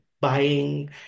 buying